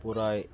ପୁରା